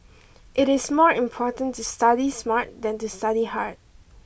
it is more important to study smart than to study hard